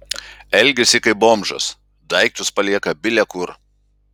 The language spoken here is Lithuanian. elgiasi kaip bomžas daiktus palieka bile kur